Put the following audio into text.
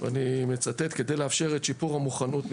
אני מצטט כדי לאפשר את שיפור המוכנות,